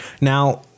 Now